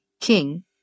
King